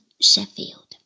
Sheffield